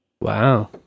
Wow